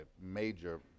major